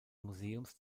museums